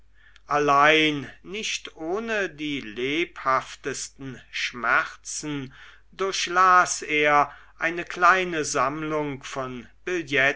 allein nicht ohne die lebhaftesten schmerzen durchlas er eine kleine sammlung von